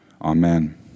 Amen